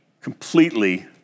completely